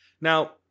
Now